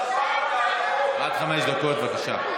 עד חמש דקות, בבקשה.